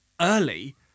early